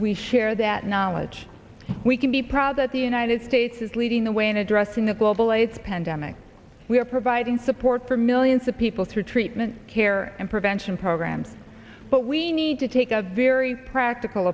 we share that knowledge we can be proud that the united states is leading the way in addressing a global aids pandemic we are providing support for millions of people through treatment care and prevention programs but we need to take a very practical